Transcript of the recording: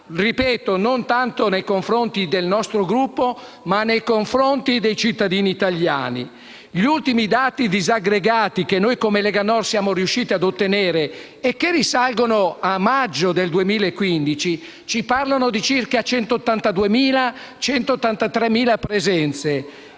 ripeto - non tanto nei confronti del nostro Gruppo, ma nei confronti dei cittadini italiani. Gli ultimi dati disaggregati, che come Lega Nord siamo riusciti ad ottenere e che risalgono a maggio 2015, ci parlano di circa 182.000-183.000 presenze